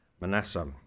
Manasseh